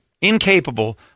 incapable